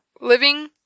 living